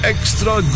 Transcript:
Extra